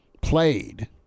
played